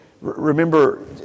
remember